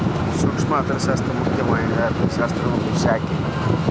ಸೂಕ್ಷ್ಮ ಅರ್ಥಶಾಸ್ತ್ರ ಮುಖ್ಯ ವಾಹಿನಿಯ ಅರ್ಥಶಾಸ್ತ್ರದ ಒಂದ್ ಶಾಖೆ